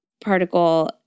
particle